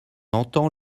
entend